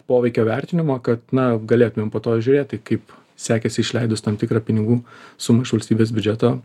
poveikio vertinimo kad na galėtumėm po to žiūrėti kaip sekėsi išleidus tam tikrą pinigų sumą iš valstybės biudžeto